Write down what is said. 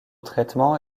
traitement